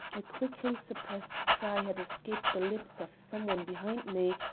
a quickly suppressed cry had escaped the lips of some one behind me,